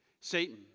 Satan